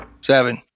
Seven